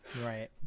right